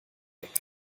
ecke